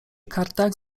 kartach